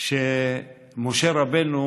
שמשה רבנו